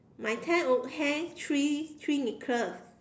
my tent only have three three necklace